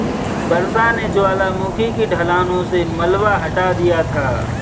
वर्षा ने ज्वालामुखी की ढलानों से मलबा हटा दिया था